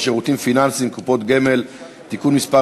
שירותים פיננסיים (קופות גמל) (תיקון מס'